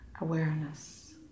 awareness